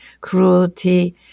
cruelty